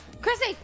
Chrissy